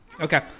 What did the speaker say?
Okay